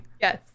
yes